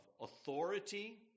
authority